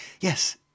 Yes